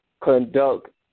conduct